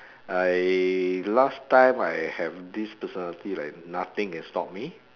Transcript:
I last time I have this personality like nothing can stop me